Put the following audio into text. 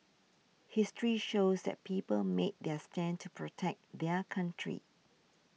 history shows that people made their stand to protect their country